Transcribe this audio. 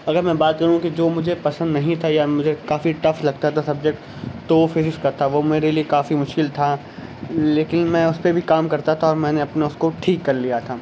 اگر میں بات کروں کہ جو مجھے پسند نہیں تھا یا مجھے کافی ٹف لگتا تھا سبجیکٹ تو وہ فزکس کا تھا وہ میرے لیے کافی مشکل تھا لیکن میں اس پہ بھی کام کرتا تھا میں نے اپنا اسکوپ ٹھیک کر لیا تھا